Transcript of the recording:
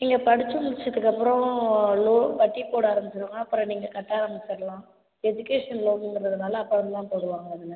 நீங்க படிச்சு முடிச்சதுக்கப்புறோம் லோன் வட்டி போட ஆரமிச்சுருங்க அப்புறம் நீங்கள் கட்ட ஆரம்பிச்சிடலாம் எஜுகேஷன் லோனுங்கிறதுனாலே அப்புறம்தான் போடுவாங்க அதில்